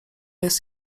jest